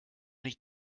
nicht